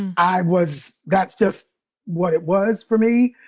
and i was. that's just what it was for me.